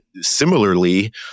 similarly